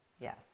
Yes